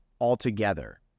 altogether